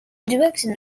direction